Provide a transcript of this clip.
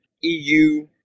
EU